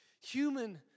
human